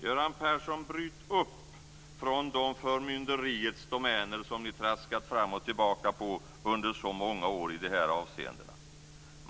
Göran Persson, bryt upp från de förmynderiets domäner som ni traskat fram och tillbaka på under så många år i dessa avseenden.